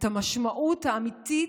את המשמעות האמיתית,